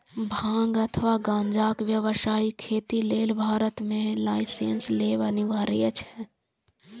भांग अथवा गांजाक व्यावसायिक खेती लेल भारत मे लाइसेंस लेब अनिवार्य छै